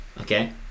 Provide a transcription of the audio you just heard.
Okay